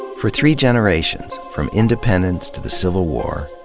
for three generations, from independence to the civil war,